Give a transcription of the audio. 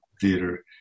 theater